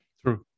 True